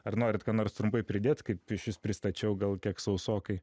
ar norit ką nors trumpai pridėt kaip aš jus pristačiau gal kiek sausokai